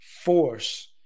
force